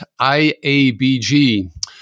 IABG